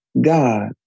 God